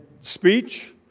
speech